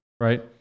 right